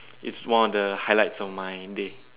it's one of the highlights of my day